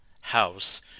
house